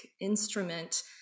instrument